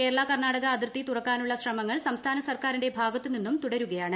കേരള കർണാടക അതിർത്തി തുറക്കാനുള്ള ശ്രമങ്ങൾ സംസ്ഥാന സർക്കാരിന്റെ ഭാഗത്തു നിന്നും തുടരുകയാണ്